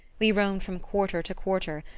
we roamed from quarter to quarter,